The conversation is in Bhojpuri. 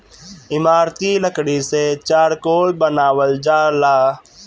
इमारती लकड़ी से चारकोल बनावल जाला